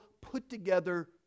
put-together